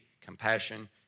compassion